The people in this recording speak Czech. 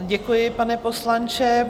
Děkuji, pane poslanče.